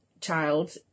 child